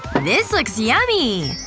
this looks yummy!